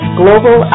global